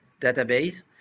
database